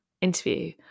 interview